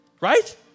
right